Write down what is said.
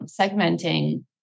segmenting